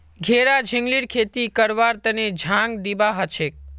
घेरा झिंगलीर खेती करवार तने झांग दिबा हछेक